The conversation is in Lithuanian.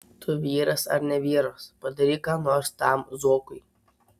tu vyras ar ne vyras padaryk ką nors tam zuokui